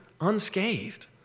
unscathed